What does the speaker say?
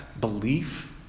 belief